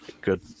good